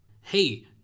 Hey